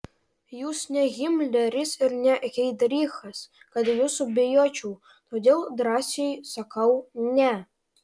jūs ne himleris ir ne heidrichas kad jūsų bijočiau todėl drąsiai sakau ne